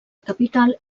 capital